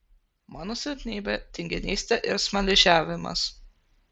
mano silpnybė tinginystė ir smaližiavimas